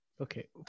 Okay